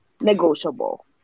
negotiable